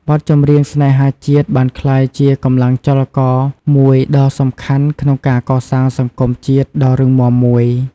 បទចម្រៀងស្នេហាជាតិបានក្លាយជាកម្លាំងចលករមួយដ៏សំខាន់ក្នុងការកសាងសង្គមជាតិដ៏រឹងមាំមួយ។